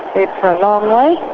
a long way, a